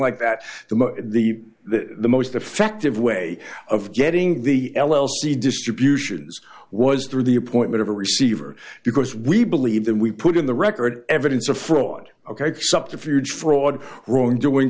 most the that the most effective way of getting the l l c distribution was through the appointment of a receiver because we believe that we put in the record evidence of fraud ok subterfuge fraud wrongdoing